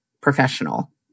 professional